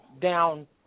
down